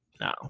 No